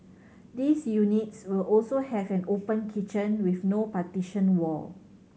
these units will also have an open kitchen with no partition wall